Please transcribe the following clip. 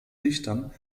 dichtern